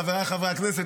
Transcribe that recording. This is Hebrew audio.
חבריי חברי הכנסת,